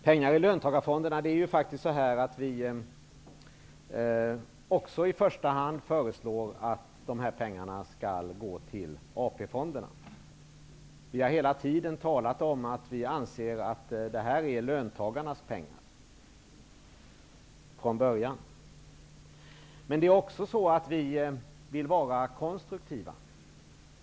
Vad gäller löntagarfondspengarna är det ju faktiskt så att också vi föreslår att dessa skall gå till AP fonderna. Vi har hela tiden talat om att vi anser att detta från början är löntagarnas pengar. Men vi vill också vara konstruktiva.